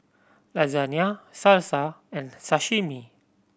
Lasagne Salsa and Sashimi